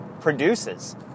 produces